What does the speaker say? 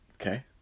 Okay